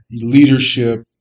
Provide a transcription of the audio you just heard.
leadership